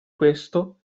questo